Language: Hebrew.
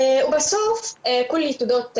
בסוף כולי תודות לכולם,